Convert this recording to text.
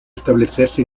establecerse